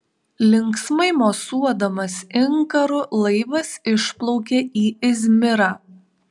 linksmai mosuodamas inkaru laivas išplaukė į izmirą